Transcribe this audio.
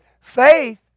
Faith